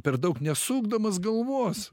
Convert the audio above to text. per daug nesukdamas galvos